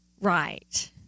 Right